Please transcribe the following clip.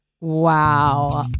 Wow